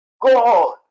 God